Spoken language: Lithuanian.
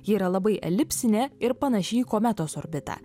ji yra labai elipsinė ir panaši į kometos orbitą